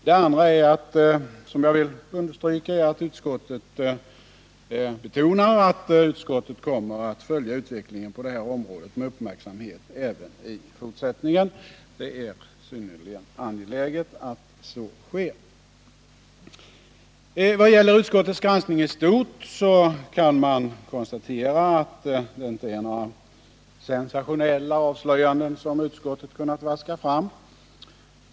Det andra som jag vill understryka är att utskottet betonar att det kommer att följa utvecklingen på det här området med uppmärksamhet även i fortsättningen. Det är synnerligen angeläget att så sker. Vad gäller utskottets granskning i stort kan man konstatera att det inte är några sensationella avslöjanden som utskottet kunnat vaska fram.